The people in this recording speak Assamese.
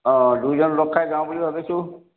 অ' দুইজন লগ খাই যাওঁ বুলি ভাবিছোঁ